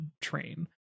train